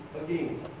again